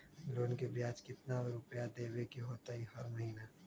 Loan के ब्याज कितना रुपैया देबे के होतइ हर महिना?